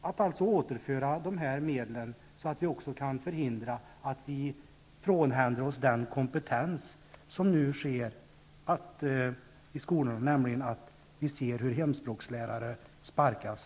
Är ni beredda att återföra dessa medel så att vi kan förhindra att vi frånhänder oss denna kompetens på det sätt som nu sker i skolan, nämligen att hemspråkslärare sparkas?